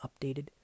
updated